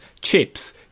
chips